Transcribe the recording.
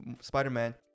Spider-Man